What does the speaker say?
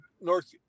North –